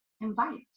invite